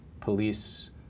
police